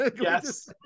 yes